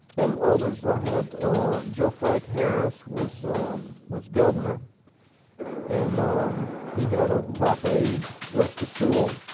and others. i had joe frank harris was was governor and he had a top aide, rusty soule.